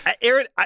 Aaron